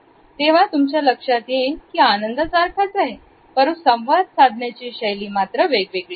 ' तेव्हा तुमच्या लक्षात येईल की आनंद सारखाच आहे परंतु संवाद साधण्याचे शैली वेगळी आहे